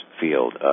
field